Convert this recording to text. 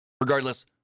regardless